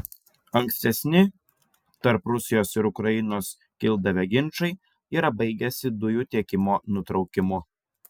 ankstesni tarp rusijos ir ukrainos kildavę ginčai yra baigęsi dujų tiekimo nutraukimu